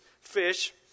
fish